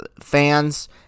fans